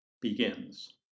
begins